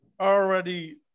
already